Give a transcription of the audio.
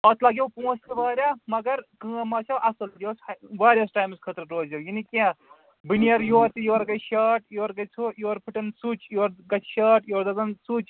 اَتھ لَگیو پونٛسہٕ تہِ واریاہ مگر کٲم آسیو اَصٕل یۄس ہہ واریاہَس ٹایمَس خٲطرٕ روزیٚو یہِ نہٕ کیٚنہہ بہٕ نیٚرٕ یور تہٕ یورٕ گژھِ شاٹ یورٕ گژھِ ہُہ یورٕ فُٹَن سُچ یورٕ گژھِ شاٹ یورٕ دَزَن سُچیا